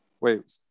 Wait